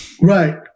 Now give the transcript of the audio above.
Right